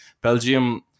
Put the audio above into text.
Belgium